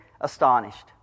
astonished